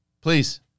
Please